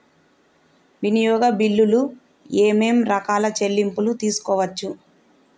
వినియోగ బిల్లులు ఏమేం రకాల చెల్లింపులు తీసుకోవచ్చు?